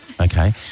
Okay